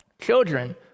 Children